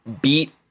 beat